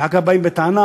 ואחר כך באים בטענה: